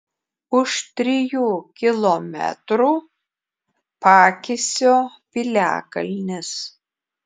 už trijų kilometrų pakisio piliakalnis